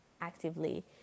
actively